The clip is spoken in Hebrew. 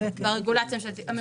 לרגולציה הממשלתית.